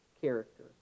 character